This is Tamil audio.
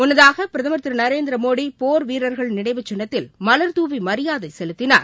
முன்னதாக பிரதமர் திரு நரேந்திர மோடி போர் வீரர்கள் நினைவுச்சின்னத்தில் மலர் தூவி மரியாதை செலுத்தினார்